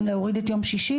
גם להוריד את יום שישי?